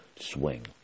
swing